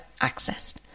accessed